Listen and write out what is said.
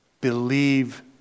Believe